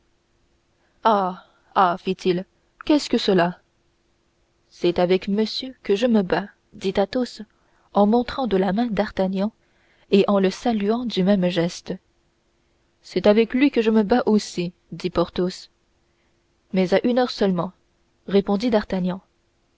fit-il qu'est-ce que cela c'est avec monsieur que je me bats dit athos en montrant de la main d'artagnan et en le saluant du même geste c'est avec lui que je me bats aussi dit porthos mais à une heure seulement répondit d'artagnan